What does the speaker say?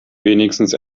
wenigstens